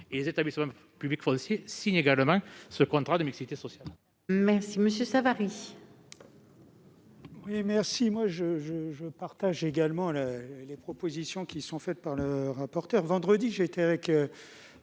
et les établissements publics fonciers signent également le contrat de mixité sociale.